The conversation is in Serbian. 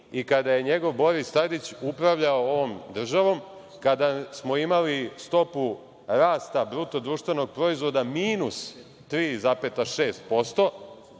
i kada je njegov Boris Tadić upravljao ovom državom, kada smo imali stopu rasta bruto društvenog proizvoda minus 3,6%,